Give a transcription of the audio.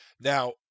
Now